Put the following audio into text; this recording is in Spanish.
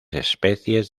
especies